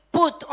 put